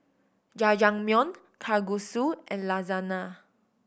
Jajangmyeon Kalguksu and Lasagna